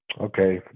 Okay